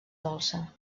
dolça